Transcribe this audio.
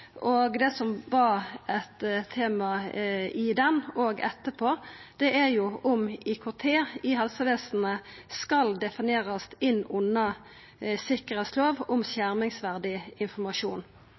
og det som er eit tema i ho òg etterpå, er om IKT i helsevesenet skal definerast inn under sikkerheitslov om